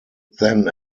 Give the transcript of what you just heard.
then